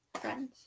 friends